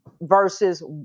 versus